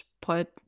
put